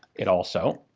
it also